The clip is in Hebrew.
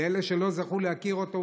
לאלה שלא זכו להכיר אותו,